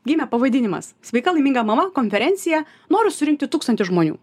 gimė pavadinimas sveika laiminga mama konferencija noriu surinkti tūkstantį žmonių